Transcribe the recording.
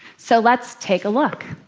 so, let's take a look.